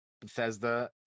Bethesda